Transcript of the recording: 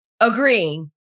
agreeing